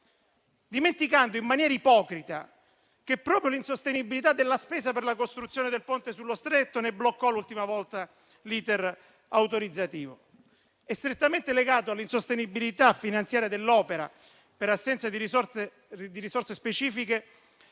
dimenticando in maniera ipocrita che proprio l'insostenibilità della spesa per la costruzione del Ponte sullo Stretto ne bloccò l'ultima volta l'*iter* autorizzativo. Strettamente legata all'insostenibilità finanziaria dell'opera per assenza di risorse specifiche